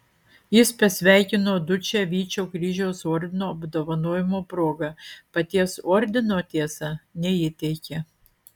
jis pasveikino dučę vyčio kryžiaus ordino apdovanojimo proga paties ordino tiesa neįteikė